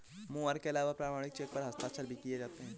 मोहर के अलावा प्रमाणिक चेक पर हस्ताक्षर भी किये जाते हैं